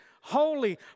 holy